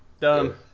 done